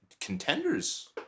contenders